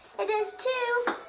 it does too!